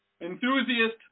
Enthusiast